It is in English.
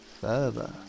Further